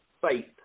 faith